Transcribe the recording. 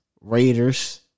Raiders